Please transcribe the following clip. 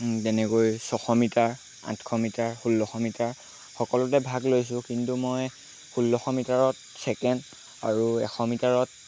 তেনেকৈ ছশ মিটাৰ আঠশ মিটাৰ ষোল্লশ মিটাৰ সকলোতে ভাগ লৈছোঁ কিন্তু মই ষোল্লশ মিটাৰত ছেকেণ্ড আৰু এশ মিটাৰত